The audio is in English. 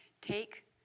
take